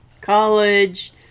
college